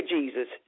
Jesus